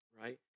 right